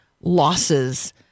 losses